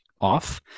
off